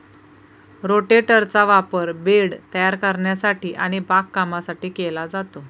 रोटेटरचा वापर बेड तयार करण्यासाठी आणि बागकामासाठी केला जातो